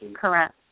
Correct